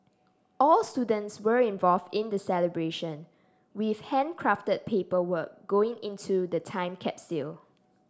all students were involved in the celebration with handcrafted paperwork going into the time capsule